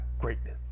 greatness